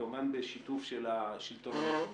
כמובן בשיתוף של השלטון המקומי.